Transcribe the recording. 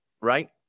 right